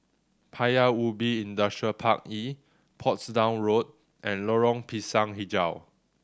Paya Ubi Industrial Park E Portsdown Road and Lorong Pisang Hijau